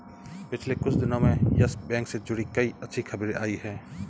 पिछले कुछ दिनो में यस बैंक से जुड़ी कई अच्छी खबरें आई हैं